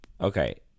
Okay